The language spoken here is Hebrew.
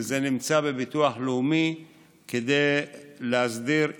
וזה נמצא בביטוח הלאומי כדי להסדיר,